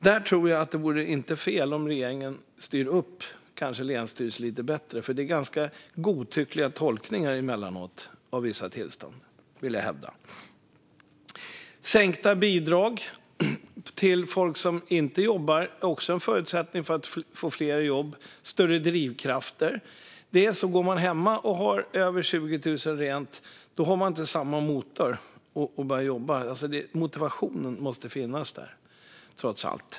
Jag tror inte att det vore fel om regeringen kanske styrde upp länsstyrelserna lite bättre, för jag vill hävda att det emellanåt är ganska godtyckliga tolkningar i vissa tillstånd. Sänkta bidrag till folk som inte jobbar är också en förutsättning för att få fler i jobb. Det handlar om drivkrafter - om man går hemma och har över 20 000 rent har man inte samma motor att börja jobba. Motivationen måste trots allt finnas där.